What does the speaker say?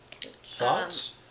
Thoughts